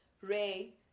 Ray